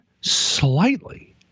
slightly